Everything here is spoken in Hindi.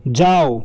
जाओ